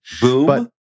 Boom